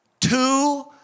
Two